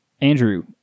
Andrew